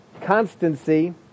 constancy